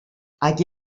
aquí